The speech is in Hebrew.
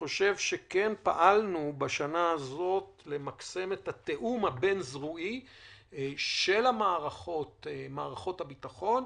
פעלנו בשנה הזאת למקסם את התיאום הבין-זרועי של מערכות הביטחון,